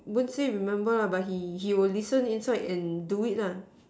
won't say remember lah but he will listen inside and do it lah